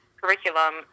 curriculum